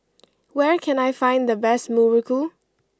where can I find the best Muruku